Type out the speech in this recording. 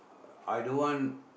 I don't want